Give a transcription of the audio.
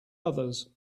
others